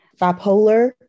Bipolar